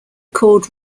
called